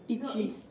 pitchu